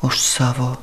už savo